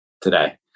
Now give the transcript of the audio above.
today